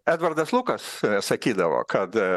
edvardas lukas sakydavo kad